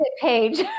page